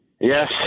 Yes